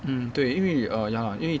hmm 对因为 err ya 因为